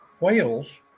Whales